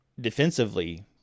defensively